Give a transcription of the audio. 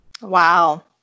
Wow